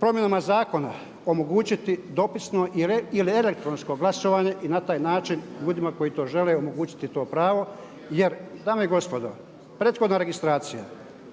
promjenama zakona omogućiti dopisno ili elektronsko glasovanje i na taj način ljudima koji to žele omogućiti to pravo. Jer dame i gospodo prethodna registracija,